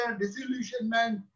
disillusionment